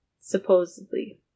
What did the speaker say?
supposedly